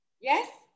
Yes